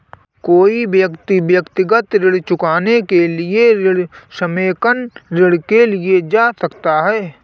कोई व्यक्ति व्यक्तिगत ऋण चुकाने के लिए ऋण समेकन ऋण के लिए जा सकता है